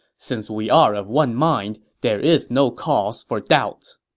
since we are of one mind, there is no cause for doubts.